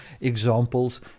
examples